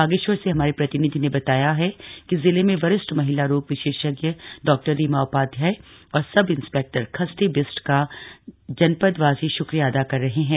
बागेश्वर से हमारे प्रतिनिधि ने बताया है कि जिले में वरिष्ठ महिला रोग विशेषज्ञ डॉ रीमा उपाध्याय और सब इंस्पेक्टर खष्टी बिष्ट का जनपदवासी शुक्रिया अदा कर रहे है